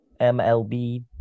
MLB